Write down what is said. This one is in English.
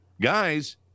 guys